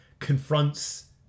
Confronts